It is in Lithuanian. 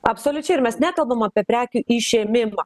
absoliučiai ir mes nekalbam apie prekių išėmimą